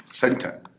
center